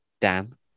Dan